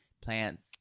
plants